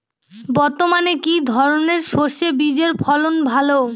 বর্তমানে কি ধরনের সরষে বীজের ফলন ভালো?